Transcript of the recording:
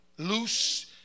Loose